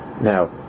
now